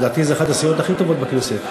לדעתי, זו אחת הסיעות הכי טובות בכנסת.